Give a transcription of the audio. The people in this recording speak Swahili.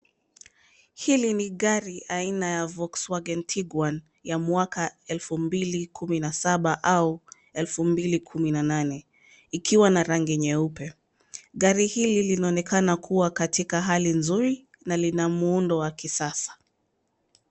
Hili ni gari aina ya Volkswagen Tiguan ya mwaka elfu mbili kumi na saba au elfu mbili kumi na nane, ikiwa na rangi nyeupe. Gari hili linaonekana kuwa katika hali nzuri na lina muundo wa kisasa.